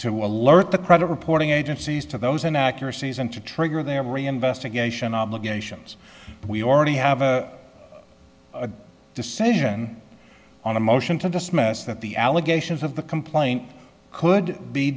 to alert the credit reporting agencies to those in accuracies and to trigger the every investigation obligations we already have a decision on a motion to dismiss that the allegations of the complaint could be